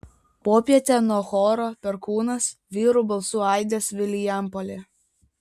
popietę nuo choro perkūnas vyrų balsų aidės vilijampolė